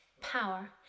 power